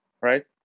right